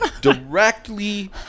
directly